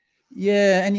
yeah. and